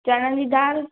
चणनि जी दाल